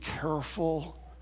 careful